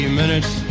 minutes